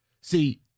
See